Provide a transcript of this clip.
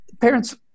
parents